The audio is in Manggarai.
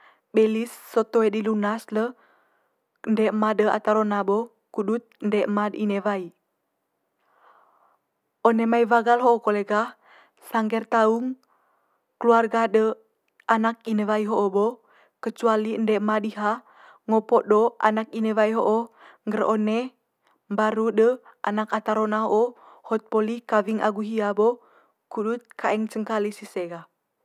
Belis sot toe di lunas le ende ema de ata rona bo kudut ende ema de ine wai. One mai wagal ho kole gah sangge'r taung keluarga de anak ine wai ho'o bo kecuali ende ema diha ngo podo anak ine wai ho'o ngger one mbaru de anak ata rona ho'o hot poli kawing agu hia bo kudut kaeng cengkali's ise gah.